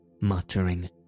muttering